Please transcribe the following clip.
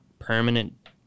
permanent